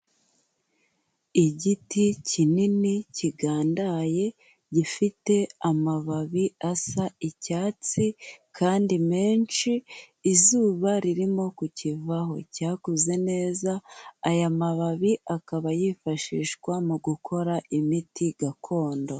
Igiti kinini kigandaye gifite amababi asa icyatsi kandi menshi, izuba ririmo kukivaho cyakuze neza, aya mababi akaba yifashishwa mu gukora imiti gakondo.